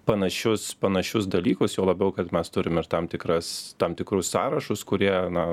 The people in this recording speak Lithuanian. panašius panašius dalykus juo labiau kad mes turime ir tam tikras tam tikrus sąrašus kurie na